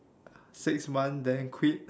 six months then quit